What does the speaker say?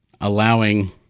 allowing